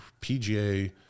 PGA